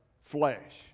flesh